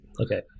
okay